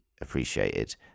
appreciated